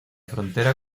frontera